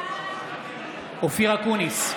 אופיר אקוניס,